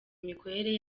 imikorere